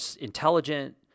intelligent